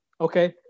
Okay